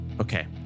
Okay